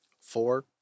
Four